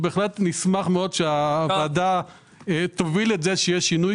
נשמח מאוד שהוועדה תוביל את זה שיהיה שינוי